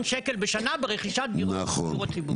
שקלים בשנה ברכישת דירות לדיור ציבורי.